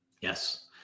Yes